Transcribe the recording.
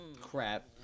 Crap